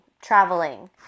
traveling